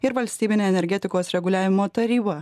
ir valstybinė energetikos reguliavimo taryba